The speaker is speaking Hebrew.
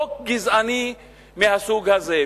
חוק גזעני מהסוג הזה?